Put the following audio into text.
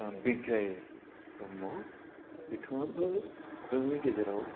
ओह बिग्राय ब्रह्म बिथाङाबो जोंनि गेजेराव